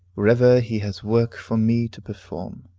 wherever he has work for me to perform.